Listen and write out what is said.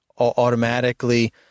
automatically